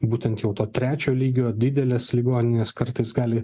būtent jau to trečio lygio didelės ligoninės kartais gali